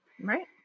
Right